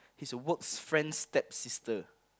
his work's friend's stepsister